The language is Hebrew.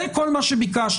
זה כל מה שביקשנו.